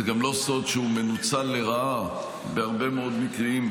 זה גם לא סוד שהוא מנוצל לרעה בהרבה מאוד מקרים,